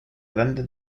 grande